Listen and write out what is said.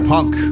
Punk